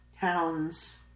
towns